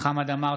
חמד עמאר,